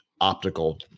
optical